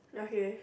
okay